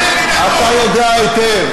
הרי אתה יודע היטב,